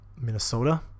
Minnesota